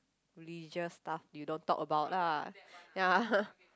religious stuff you don't talk about lah ya